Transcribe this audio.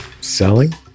Selling